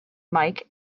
mike